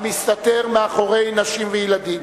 המסתתר מאחורי נשים וילדים.